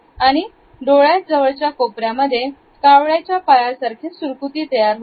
आणि डोळ्यात जवळच्या कोपऱ्यामध्ये कावळ्याच्या पायासारखे सुरकुती तयार होते